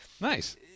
Nice